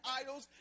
idols